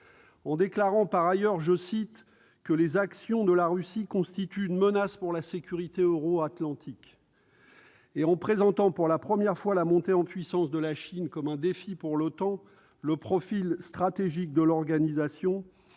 en déclarant, par ailleurs, que « les actions de la Russie constituent une menace pour la sécurité euro-atlantique » et en présentant, pour la première fois, la montée en puissance de la Chine comme un défi pour l'OTAN, celle-ci, au travers de son